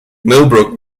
millbrook